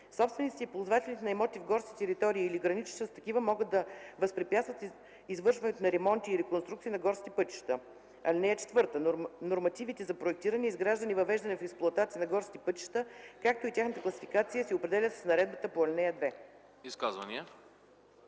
Собствениците и ползвателите на имоти в горските територии или граничещи с такива не могат да възпрепятстват извършването на ремонти и реконструкции на горски пътища. (4) Нормативите за проектиране, изграждане и въвеждане в експлоатация в горските пътища, както и тяхната класификация се определят с наредбата по ал. 2.”